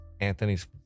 Anthony's